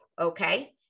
okay